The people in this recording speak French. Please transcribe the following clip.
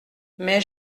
mais